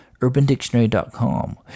urbandictionary.com